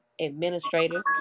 administrators